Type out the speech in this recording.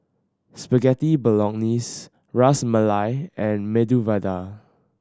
Spaghetti Bolognese Ras Malai and Medu Vada